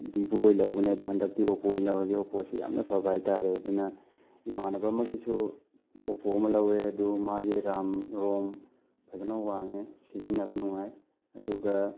Vivo ꯑꯣꯏ ꯂꯧꯕꯅꯦ ꯑꯗꯣ ꯍꯟꯗꯛꯇꯤ ꯑꯣꯞꯄꯣ ꯑꯣꯏꯅ ꯂꯧꯔꯒꯦ ꯑꯣꯞꯄꯣꯁꯤ ꯌꯥꯝꯅ ꯐꯕ ꯍꯥꯏꯇꯥꯔꯦ ꯑꯗꯨꯅ ꯏꯃꯥꯟꯅꯕ ꯑꯃꯒꯤꯁꯨ ꯑꯣꯞꯄꯣ ꯑꯃ ꯂꯧꯋꯦ ꯑꯗꯣ ꯃꯥꯒꯤ ꯔꯥꯝ ꯔꯣꯝ ꯐꯖꯅ ꯋꯥꯡꯉꯦ ꯁꯤꯖꯤꯟꯅꯕ ꯅꯨꯡꯉꯥꯏ ꯑꯗꯨꯒ